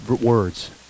words